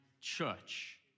church